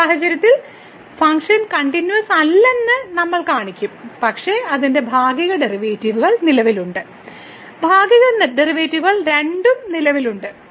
ഈ സാഹചര്യത്തിൽ ഫംഗ്ഷൻ കണ്ടിന്യൂവസ്സല്ലെന്ന് നമ്മൾ കാണിക്കും പക്ഷേ അതിന്റെ ഭാഗിക ഡെറിവേറ്റീവുകൾ നിലവിലുണ്ട് ഭാഗിക ഡെറിവേറ്റീവുകൾ രണ്ടും നിലവിലുണ്ട്